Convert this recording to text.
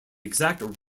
exact